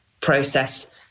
process